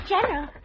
General